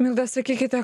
milda sakykite